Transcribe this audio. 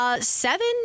Seven